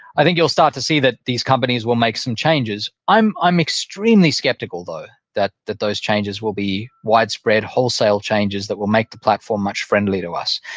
i think you'll start to see that these companies will make some changes. i'm i'm extremely skeptical, though, that that those changes will be widespread wholesale changes that will make the platform much friendlier to us,